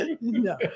No